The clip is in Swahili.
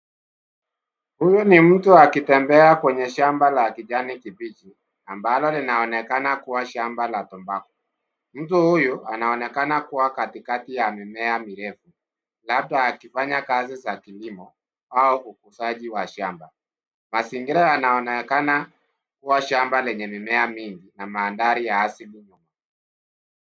Huyu ni mtu akitembea kwenye shamba la kijani kibichi ambalo linaonekana kuwa la tumbaku. Mtu huyu naonekana kuwa katikati ya mimea mirefu, labda akifanya kazi za kilimo au ukuzaji shambani. Mazingira yanaonekana kuwa shamba lenye mimea mingi na mandhari ya asili.